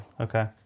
Okay